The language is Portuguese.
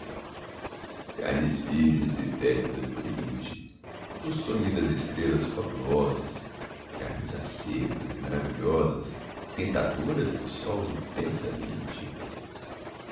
carnes virgens e tépidas do oriente do sonho e das estrelas fabulosas carnes acerbas e maravilhosas tentadoras do sol intensamente